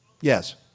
Yes